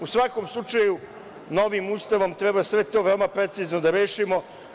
U svakom slučaju, novim Ustavom treba sve to veoma precizno da rešimo.